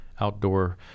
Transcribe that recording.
outdoor